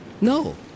No